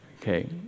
okay